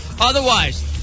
Otherwise